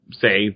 say